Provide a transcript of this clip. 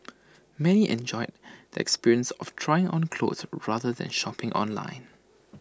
many enjoyed the experience of trying on clothes rather than shopping online